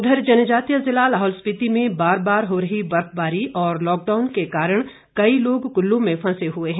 उधर जनजातीय जिला लाहौल स्पिति में बार बार हो रही बर्फबारी और लॉकडाउन के कारण कई लोग कुल्लू में फंसे हुए है